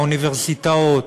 האוניברסיטאות,